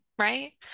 right